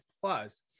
Plus